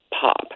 pop